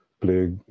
play